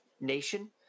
nation